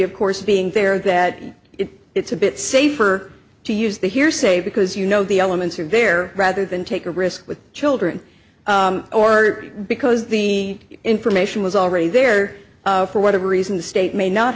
of course being there that if it's a bit safer to use the hearsay because you know the elements are there rather than take a risk with children or because the information was already there for whatever reason the state may not